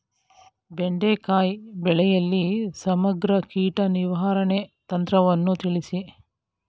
ಬೆಂಡೆಕಾಯಿ ಬೆಳೆಯಲ್ಲಿ ಸಮಗ್ರ ಕೀಟ ನಿರ್ವಹಣೆ ತಂತ್ರವನ್ನು ತಿಳಿಸಿ?